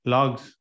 Logs